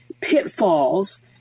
pitfalls